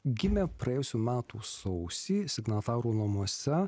gimė praėjusių metų sausį signatarų namuose